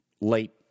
late